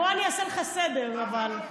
בוא אני אעשה לך סדר, אבל.